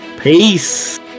Peace